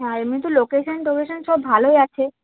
হ্যাঁ এমনি তো লোকেশন টোকেশন সব ভালোই আছে